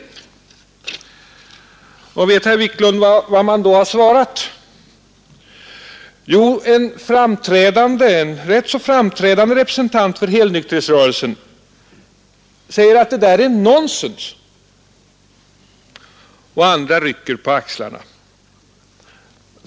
Vet herr Wiklund vad man då har svarat? Jo, en rätt framträdande representant för helnykterhetsrörelsen säger att det där är nonsens, och andra rycker på axlarna.